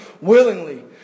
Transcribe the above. willingly